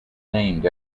named